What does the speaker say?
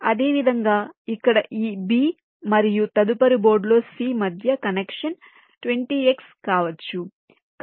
అదేవిధంగా ఇక్కడ ఈ B మరియు తదుపరి బోర్డులో C మధ్య కనెక్షన్ 20X కావచ్చు